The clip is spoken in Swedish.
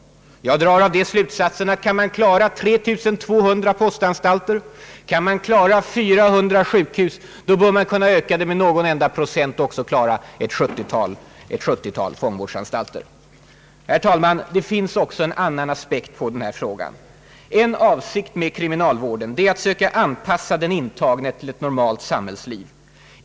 Jag drar av det slutsatsen att om man kan klara 3 200 postanstalter och 400 sjukhus, bör man kunna öka det med någon enda procent och klara också ett 70-tal fångvårdsanstalter. Herr talman! Det finns också en annan aspekt på den här frågan. En avsikt med kriminalvården är att söka anpassa den intagne till ett normalt samhällsliv.